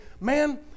man